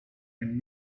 and